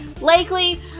likely